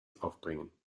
aufbringen